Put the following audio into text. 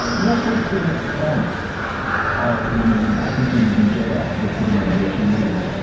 what was the response of women and i think in in jeddah, the city where she lives,